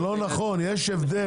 זה לא נכון, יש הבדל